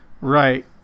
Right